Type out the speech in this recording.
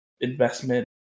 investment